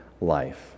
life